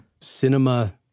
Cinema